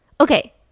Okay